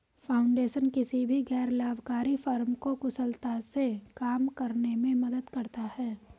foundation किसी भी गैर लाभकारी फर्म को कुशलता से काम करने में मदद करता हैं